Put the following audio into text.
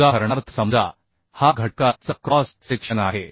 उदाहरणार्थ समजा हा घटका चा क्रॉस सेक्शन आहे